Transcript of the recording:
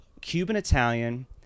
Cuban-Italian